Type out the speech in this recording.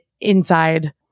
inside